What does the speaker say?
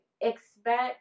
expect